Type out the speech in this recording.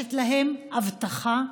שנדרשת להן אבטחה,